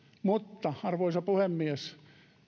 mutta arvoisa puhemies